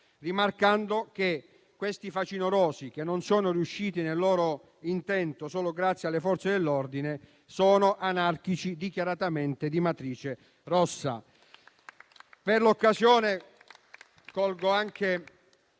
rimarcando che questi facinorosi, che non sono riusciti nel loro intento solo grazie alle Forze dell'ordine, sono anarchici dichiaratamente di matrice rossa.